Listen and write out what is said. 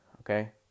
okay